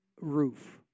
roof